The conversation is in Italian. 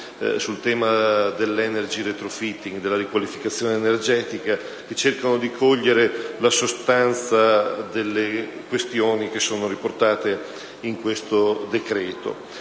sul tema dell'*energy retrofitting*, ossia della riqualificazione energetica, che cercano di cogliere la sostanza delle questioni riportate nel decreto-legge